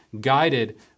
guided